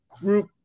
group